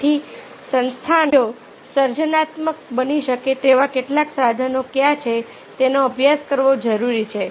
તેથી સંસ્થાના સભ્યો સર્જનાત્મક બની શકે તેવા કેટલાક સાધનો કયા છે તેનો અભ્યાસ કરવો જરૂરી છે